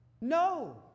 No